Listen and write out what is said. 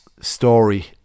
story